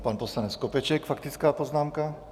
Pan poslanec Skopeček, faktická poznámka.